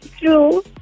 true